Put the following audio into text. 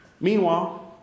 Meanwhile